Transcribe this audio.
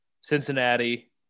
Cincinnati